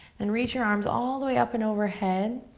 and reach your arms all the way up and overhead.